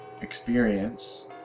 experience